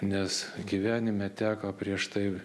nes gyvenime teko prieš tai